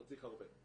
לא צריך הרבה,